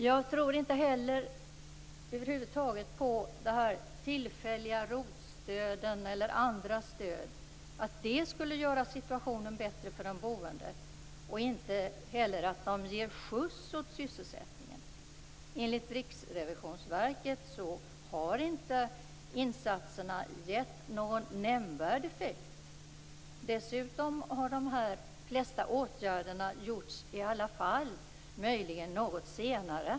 Jag tror över huvud taget inte att tillfälliga ROT stöd eller andra stöd skulle göra situationen bättre för de boende och inte heller att de skulle ge skjuts åt sysselsättningen. Enligt Riksrevisionsverket har inte insatserna gett någon nämnvärd effekt. Dessutom har de flesta åtgärderna vidtagits i alla fall, möjligen något senare.